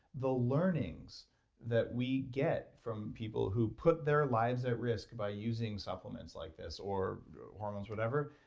the learnings that we get from people who put their lives at risk by using supplements like this or hormones, whatever,